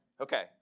Okay